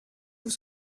vous